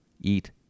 Eat